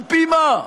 על-פי מה?